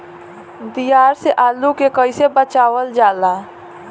दियार से आलू के कइसे बचावल जाला?